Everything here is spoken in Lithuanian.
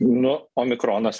nu omikronas